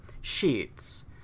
Sheets